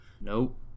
Nope